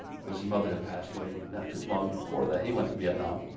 because his mother had passed away not too long before that he went to vietnam,